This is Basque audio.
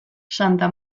santa